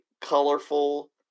colorful